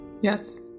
Yes